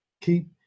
keep